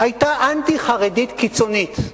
היתה אנטי-חרדית קיצונית,